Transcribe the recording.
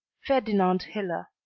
ferdinand hiller,